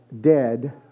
dead